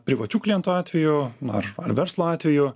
privačių klientų atveju ar ar verslo atveju